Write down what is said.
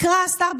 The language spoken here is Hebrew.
יקרא השר,